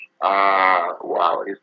Wow